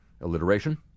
alliteration